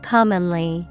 Commonly